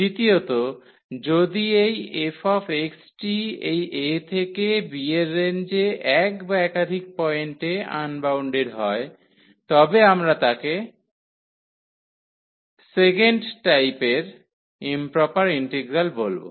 দ্বিতীয়তঃ যদি এই fx টি এই a থেকে b এর রেঞ্জে এক বা একাধিক পয়েন্টে আনবাউন্ডেড হয় তবে আমরা তাকে সেকেন্ড টাইপের ইম্প্রপার ইন্টিগ্রাল বলবো